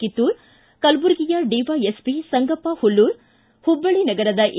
ಕಿತ್ತೂರ್ ಕಲಬುರಗಿಯ ಡಿವ್ಯೆಎಸ್ಒ ಸಂಗಪ್ಪ ಹುಲ್ಲೂರು ಹುಬ್ಬಳ್ಳಿ ನಗರದ ಎ